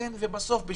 ובסוף,